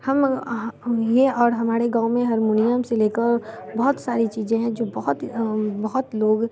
हम हम ये और हमारे गाँव में हरमोनियम से ले कर बहुत सारी चीज़ें हैं जो बहुत बहुत लोग